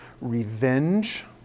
Revenge